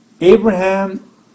Abraham